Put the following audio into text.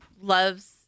loves